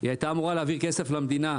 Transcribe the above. הייתה אמורה להעביר כסף למדינה,